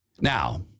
Now